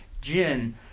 Jin